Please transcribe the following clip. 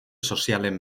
sozialen